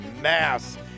mass